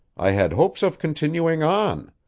i had hopes of continuing on.